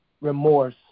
remorse